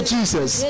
Jesus